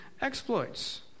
exploits